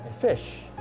fish